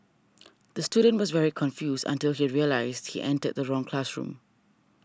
the student was very confused until he realised he entered the wrong classroom